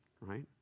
right